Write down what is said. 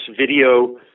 video